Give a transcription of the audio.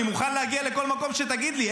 אני מוכן להגיע לכל מקום שתגיד לי.